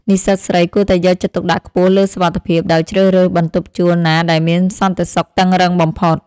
និស្សិតស្រីគួរតែយកចិត្តទុកដាក់ខ្ពស់លើសុវត្ថិភាព ដោយជ្រើសរើសបន្ទប់ជួលណាដែលមានសន្តិសុខតឹងរ៉ឹងបំផុត។